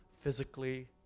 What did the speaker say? physically